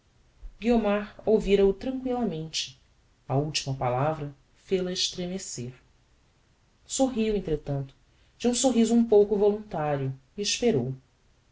remorso guiomar ouvira o tranquillamente a ultima palavra fel-a estremecer sorriu entretanto de um sorriso um pouco voluntario e esperou